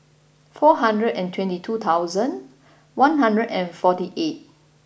four hundred and twenty two thousand one hundred and forty eight